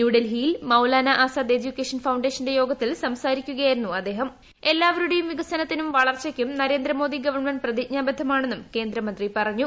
ന്യൂഡൽഹിയിൽ മൌലാനാ ആസാദ് എജ്യുക്കേഷൻ ഫൌ ഷന്റെ യോഗത്തിൽ സംസാരിക്കുകയായിരുന്നു വികസനത്തിനും വളർച്ചക്കും നരേന്ദ്രമോദി ഗവൺമെന്റ് പ്രതിജ്ഞാബദ്ധമാണെന്നും കേന്ദ്രമന്ത്രി പറഞ്ഞു